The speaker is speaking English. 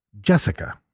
Jessica